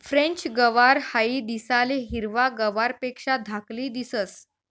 French गवार हाई दिसाले हिरवा गवारपेक्षा धाकली दिसंस